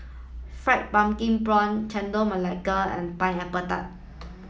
fried pumpkin prawn Chendol Melaka and pineapple tart